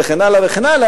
וכן הלאה,